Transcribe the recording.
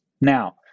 Now